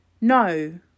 no